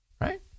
right